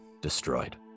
destroyed